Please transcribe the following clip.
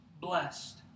blessed